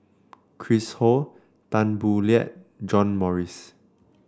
Chris Ho Tan Boo Liat John Morrice